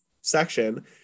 section